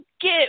get